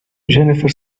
jennifer